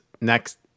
next